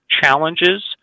challenges